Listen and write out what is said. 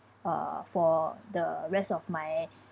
uh for the rest of my